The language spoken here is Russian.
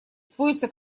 сводится